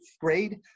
grade